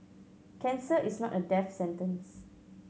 cancer is not a death sentence